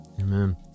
amen